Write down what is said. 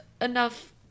enough